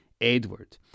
Edward